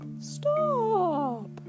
Stop